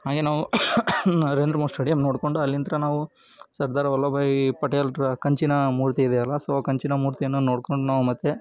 ಹಾಗೆ ನಾವು ನರೇಂದ್ರ ಮೋದಿ ಸ್ಟೇಡಿಯಮ್ ನೋಡಿಕೊಂಡು ಅಲ್ಲಿಂದ ನಾವು ಸರ್ದಾರ್ ವಲ್ಲಭ ಭಾಯಿ ಪಟೇಲರ ಕಂಚಿನ ಮೂರ್ತಿ ಇದೆಯಲ್ಲ ಸೊ ಕಂಚಿನ ಮೂರ್ತಿಯನ್ನು ನೋಡಿಕೊಂಡು ನಾವು ಮತ್ತು